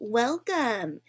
welcome